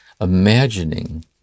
imagining